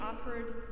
offered